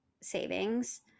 savings